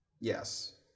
Yes